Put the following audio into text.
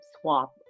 swap